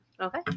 okay